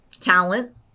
Talent